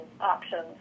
options